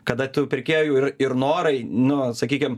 kada tų pirkėjų ir ir norai nu sakykim